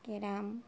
গ্রাম